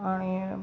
आणि